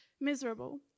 miserable